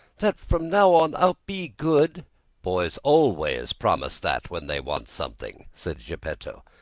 that from now on i'll be good boys always promise that when they want something, said geppetto.